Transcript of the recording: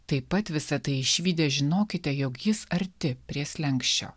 taip pat visa tai išvydę žinokite jog jis arti prie slenksčio